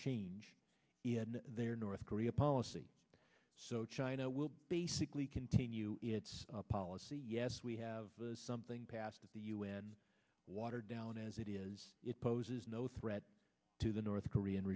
change in their north korea policy so china will basically continue its policy yes we have something past the un watered down as it is it poses no threat to the north korean